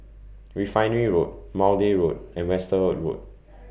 Refinery Road Maude Road and Westerhout Road